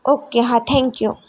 okay હા thank you